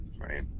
right